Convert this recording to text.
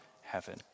heaven